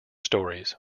stories